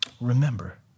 Remember